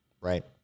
right